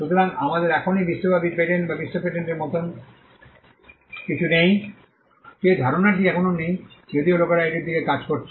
সুতরাং আমাদের এখনও বিশ্বব্যাপী পেটেন্ট বা বিশ্ব পেটেন্টের মতো কিছু নেই যে ধারণাটি এখনও নেই যদিও লোকেরা এটির দিকে কাজ করছে